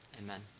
Amen